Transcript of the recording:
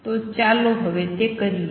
તો ચાલો હવે તે કરીએ